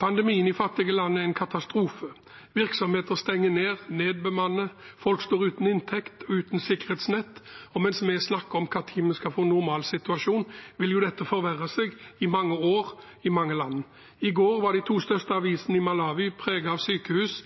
Pandemien i fattige land er en katastrofe. Virksomheter stenger ned, det er nedbemanning, folk står uten inntekt og uten sikkerhetsnett, og mens vi snakker om når vi skal få en normalsituasjon, vil situasjonen forverre seg i mange år i mange land. I går var de to største avisene i Malawi preget av sykehus,